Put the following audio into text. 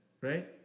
right